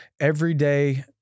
everyday